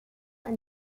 and